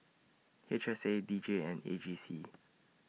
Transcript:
H S A D J and A G C